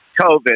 covid